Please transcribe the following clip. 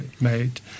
made